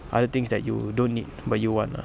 other things that you don't need but you want lah